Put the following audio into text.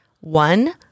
One